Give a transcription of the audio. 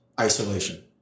Isolation